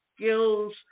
skills